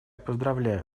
поздравляю